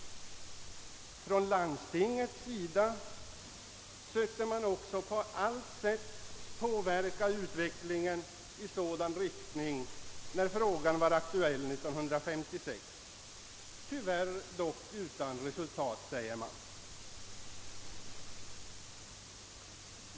»På landstinget försökte man också på allt sätt påverka utvecklingen i sådan riktning, när frågan var aktuell 1956, tyvärr dock utan framgång», säger man.